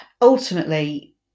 ultimately